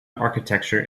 architecture